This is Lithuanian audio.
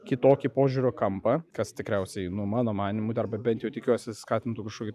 kitokį požiūrio kampą kas tikriausiai nu mano manymu arba bent jau tikiuosi skatintų kažkokį